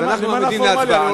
אנחנו מעמידים להצבעה.